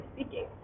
speaking